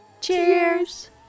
cheers